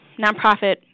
nonprofit